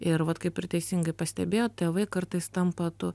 ir vat kaip ir teisingai pastebėjot tėvai kartais tampa to